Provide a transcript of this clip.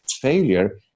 failure